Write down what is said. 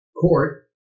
court